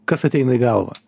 kas ateina į galvą